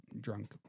drunk